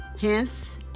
hence